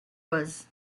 was